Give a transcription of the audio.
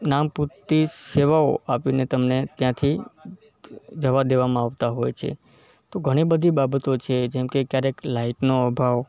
નામ પૂરતી જ સેવાઓ આપીને તમને ત્યાંથી જવા દેવામાં આવતા હોય છે તો ઘણી બધી બાબતો છે જેમ કે ક્યારેક લાઇટનો અભાવ